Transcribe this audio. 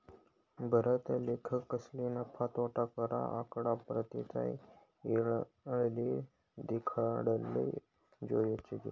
भारतना लेखकसले नफा, तोटाना खरा आकडा परतेक येळले देखाडाले जोयजे